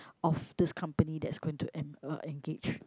of this company that's going to en~ uh engaged